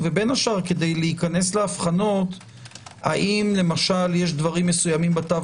ובין השאר כדי להיכנס להבחנות האם יש דברים בתו